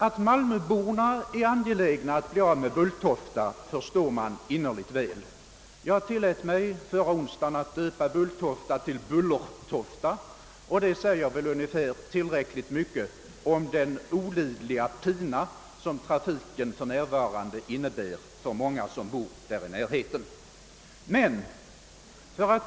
Att malmöborna är angelägna att bli av med Bulltofta förstår man innerligt väl. Jag tillät mig förra onsdagen ait döpa Bulltofta till Bullertofta, och det säger väl tillräckligt om den olidliga pina som trafiken för närvarande innebär för många som bor där i närheten. Men för att.